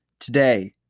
today